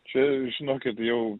čia žinokit jau